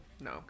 No